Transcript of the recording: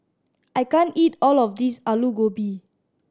I can't eat all of this Alu Gobi